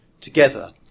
together